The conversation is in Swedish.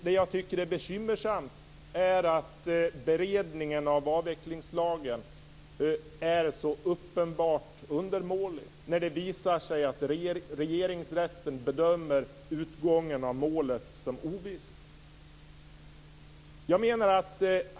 Det jag tycker är bekymmersamt är att beredningen av avvecklingslagen är så uppenbart undermålig, eftersom det visar sig att regeringsrätten bedömer utgången av målet som oviss.